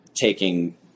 taking